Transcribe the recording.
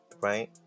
Right